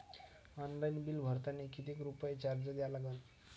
Online bill भरतानी कितीक रुपये चार्ज द्या लागन?